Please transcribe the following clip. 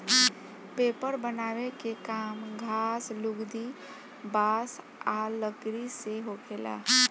paper बनावे के काम घास, लुगदी, बांस आ लकड़ी से होखेला